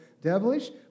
devilish